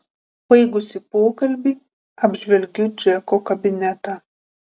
baigusi pokalbį apžvelgiu džeko kabinetą